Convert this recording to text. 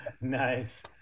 Nice